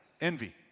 envy